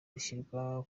zishyirwa